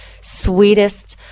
sweetest